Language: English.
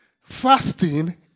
fasting